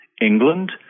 England